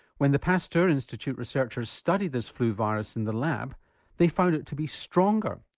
when the pasteur institute researchers studied this flu virus in the lab they found it to be stronger,